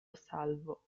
salvo